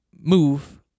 Move